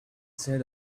said